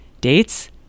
Dates